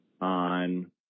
on